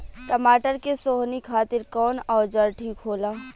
टमाटर के सोहनी खातिर कौन औजार ठीक होला?